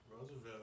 Roosevelt